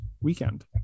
weekend